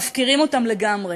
מפקירים אותם לגמרי.